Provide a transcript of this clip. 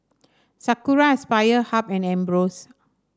Sakura Aspire Hub and Ambros